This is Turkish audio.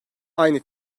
aynı